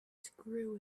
screw